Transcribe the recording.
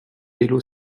hello